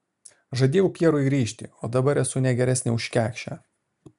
žadėjau pjerui grįžti o dabar esu ne geresnė už kekšę